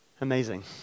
Amazing